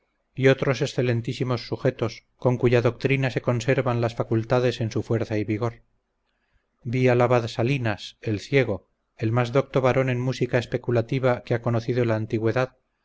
y otros excelentísimos sujetos con cuya doctrina se conservan las facultades en su fuerza y vigor vi al abad salinas el ciego el más docto varón en música especulativa que ha conocido la antigüedad